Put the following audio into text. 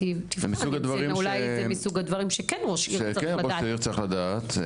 זה מסוג הדברים שראש עיר צריך לדעת,